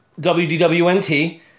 WDWNT